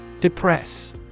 Depress